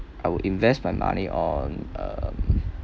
I would invest my money on um